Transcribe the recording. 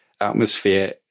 atmosphere